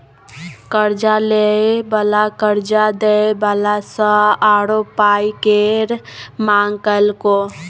कर्जा लय बला कर्जा दय बला सँ आरो पाइ केर मांग केलकै